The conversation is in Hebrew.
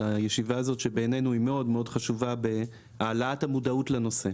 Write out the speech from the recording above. הישיבה הזאת שבעינינו היא מאוד מאוד חשובה בהעלאת המודעות לנושא.